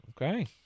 Okay